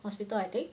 hospital I think